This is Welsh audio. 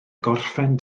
gorffen